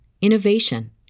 innovation